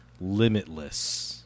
limitless